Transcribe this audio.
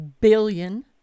billion